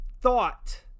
thought